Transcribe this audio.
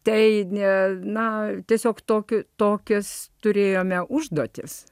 tai ne na tiesiog tokiu tokias turėjome užduotis